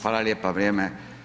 Hvala lijepa, vrijeme.